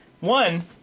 one